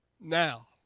now